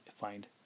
find